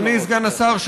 אדוני סגן השר,